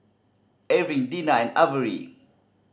Erving Dena and Averi